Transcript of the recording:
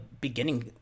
beginning